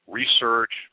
research